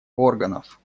органов